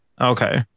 Okay